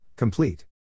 Complete